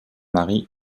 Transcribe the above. mari